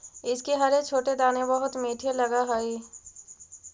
इसके हरे छोटे दाने बहुत मीठे लगअ हई